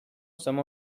some